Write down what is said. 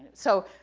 so,